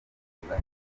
iruhuko